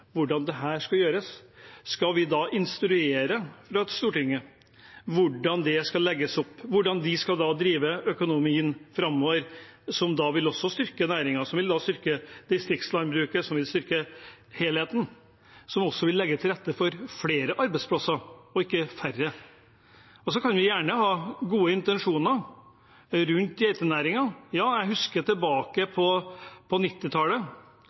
hvordan dette skulle gjøres. Skal vi instruere fra Stortinget hvordan det skal legges opp, hvordan de skal drive økonomien framover – som vil styrke næringen, som vil styrke distriktslandbruket, som vil styrke helheten, som også vil legge til rette for flere arbeidsplasser, og ikke færre? Så kan vi gjerne ha gode intensjoner rundt geitenæringen. Jeg husker tilbake